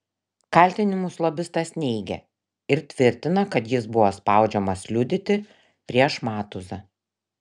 kaltinimus lobistas neigia ir tvirtina kad jis buvo spaudžiamas liudyti prieš matuzą